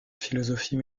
philosophie